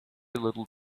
little